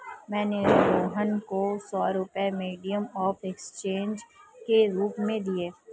मैंने रोहन को सौ रुपए मीडियम ऑफ़ एक्सचेंज के रूप में दिए